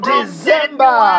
December